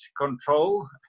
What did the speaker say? control